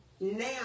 now